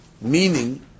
meaning